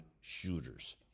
shooters